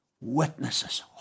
witnesses